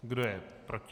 Kdo je proti?